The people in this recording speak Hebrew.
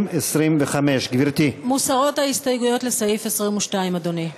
מי נגד?